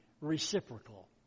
reciprocal